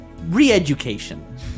re-education